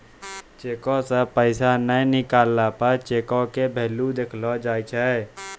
चेको से पैसा नै निकलला पे चेको के भेल्यू देखलो जाय छै